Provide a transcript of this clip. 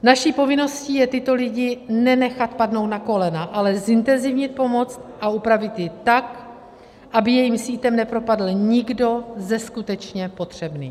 Naší povinností je tyto lidi nenechat padnout na kolena, ale zintenzívnit pomoc a upravit ji tak, aby jejím sítem nepropadl nikdo ze skutečně potřebných.